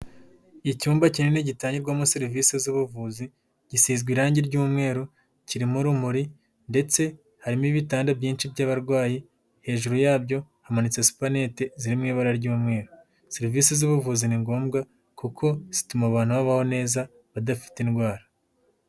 Icyumba kinini gitangirwamo serivisi z'ubuvuzi, gisizwe irangi ry'umweru, kirimo urumuri, ndetse harimo ibitanda byinshi by'abarwayi, hejuru yabyo hamanitse supanete ziri mu ibara ry'umweru, serivisi z'ubuvuzi ni ngombwa kuko zituma abantu babaho neza badafite indwara.